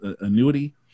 annuity